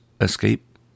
escape